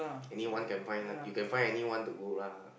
anyone can find right you can find anyone to go lah